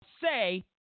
say